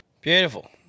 Beautiful